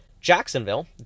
Jacksonville